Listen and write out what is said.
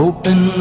Open